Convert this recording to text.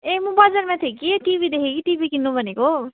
ए म बजारमा थिएँ कि टिभी देखेँ कि टिभी किन्नु भनेको हो